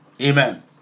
Amen